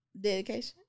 dedication